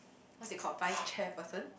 what's it called vice chair person